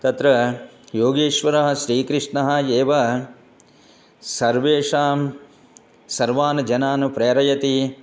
तत्र योगेश्वरः श्रीकृष्णः एव सर्वेषां सर्वान् जनान् प्रेरयति